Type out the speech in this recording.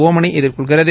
ஒமனை எதிர்கொள்கிறது